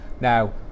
Now